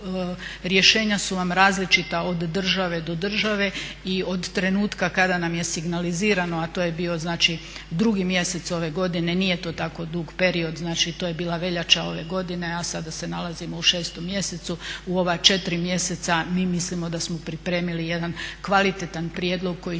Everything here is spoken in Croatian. Rješenja su vam različita od države do države i od trenutka kada nam je signalizirano, a to je bio znači drugi mjesec ove godine. Nije to tako dug period. Znači, to je bila veljača ove godine a sada se nalazimo u šestom mjesecu. U ova četiri mjeseca mi mislimo da smo pripremili jedan kvalitetan prijedlog koji